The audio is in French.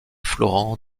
florent